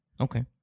Okay